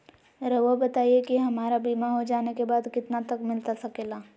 रहुआ बताइए कि हमारा बीमा हो जाने के बाद कितना तक मिलता सके ला?